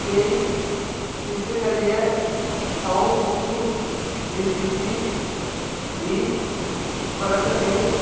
केई इस करियै अं'ऊ बुकिंग दी स्थिति दी परख नेईं